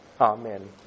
Amen